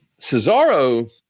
Cesaro